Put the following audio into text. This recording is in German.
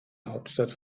hauptstadt